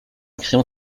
crayon